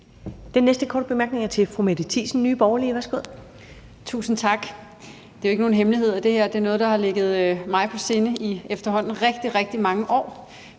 Den næste korte bemærkning er til fru Mette Thiesen, Nye Borgerlige. Værsgo. Kl. 15:21 Mette Thiesen (NB): Tusind tak. Det er jo ikke nogen hemmelighed, at det her er noget, der har ligget mig på sinde i efterhånden rigtig, rigtig mange år.